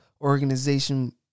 organization